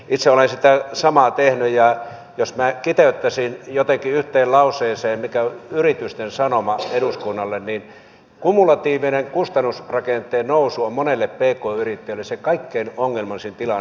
itse olen sitä samaa tehnyt ja jos minä nyt kiteyttäisin jotenkin yhteen lauseeseen mikä on yritysten sanoma eduskunnalle niin kumulatiivinen kustannusrakenteen nousu on monelle pk yrittäjälle se kaikkein ongelmallisin tilanne